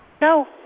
No